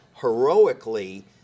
heroically